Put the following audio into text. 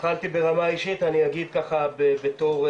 התחלתי ברמה האישית, אני אגיד ככה בתור,